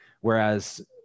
Whereas